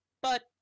But-